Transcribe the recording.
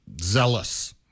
zealous